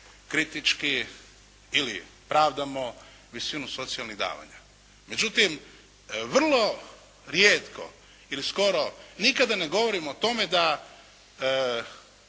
kritički ili pravdamo visinu socijalnih davanja. Međutim, vrlo rijetko ili skoro nikada ne govorimo o tome da